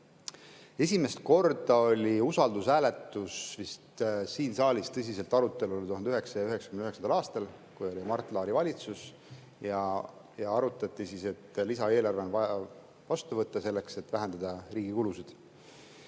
Esimest korda oli usaldushääletus siin saalis tõsiselt arutelul vist 1999. aastal, kui oli Mart Laari valitsus ja arutati, et lisaeelarve on vaja vastu võtta selleks, et vähendada riigi kulusid.